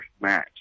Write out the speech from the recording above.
match